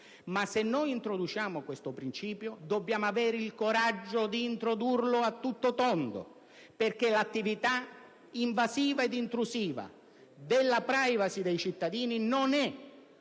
Ma se noi introduciamo questo principio, dobbiamo avere il coraggio introdurlo a tutto tondo, perché l'attività invasiva ed intrusiva della *privacy* dei cittadini non è